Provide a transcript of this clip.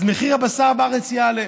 מחיר הבשר בארץ יעלה.